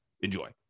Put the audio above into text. Enjoy